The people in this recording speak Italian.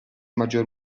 maggior